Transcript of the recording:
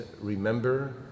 remember